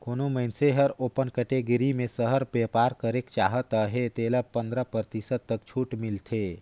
कोनो मइनसे हर ओपन कटेगरी में सहर में बयपार करेक चाहत अहे तेला पंदरा परतिसत तक छूट मिलथे